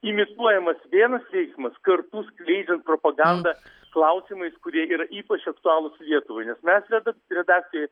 imituojamas vienas veiksmas kartu skleidžiant propagandą klausimais kurie yra ypač aktualūs lietuvai nes mes reda redakcijoj